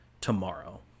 tomorrow